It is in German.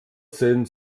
sehen